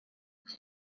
was